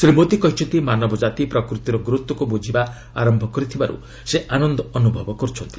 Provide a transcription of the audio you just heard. ଶ୍ରୀ ମୋଦି କହିଛନ୍ତି ମାନବ ଜାତି ପ୍ରକୃତିର ଗୁରୁତ୍ୱକୁ ବୁଝିବା ଆରମ୍ଭ କରିଥିବାରୁ ସେ ଆନନ୍ଦ ଅନୁଭବ କରୁଛନ୍ତି